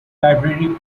library